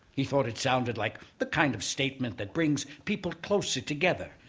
he thought it sounded like the kind of statement that brings people closer together,